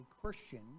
Christian